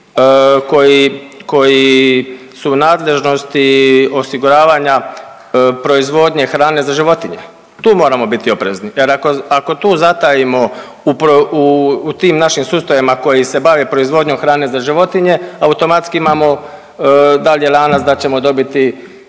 koji su u nadležnosti osiguravanja proizvodnje hrane za životinje. Tu moramo biti oprezni jer ako, ako tu zatajimo u tim našim sustavima koji se bave proizvodnjom hrane za životinje automatski imamo dalje lanac da ćemo dobiti